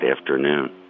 afternoon